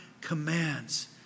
commands